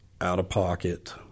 out-of-pocket